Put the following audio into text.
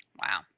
Wow